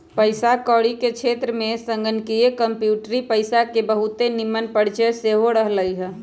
पइसा कौरी के क्षेत्र में संगणकीय कंप्यूटरी पइसा के बहुते निम्मन परिचय सेहो रहलइ ह